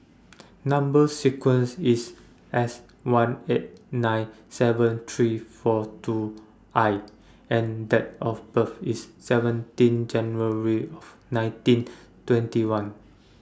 Number sequence IS S one eight nine seven three four two I and Date of birth IS seventeen January of nineteen twenty one